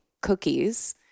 cookies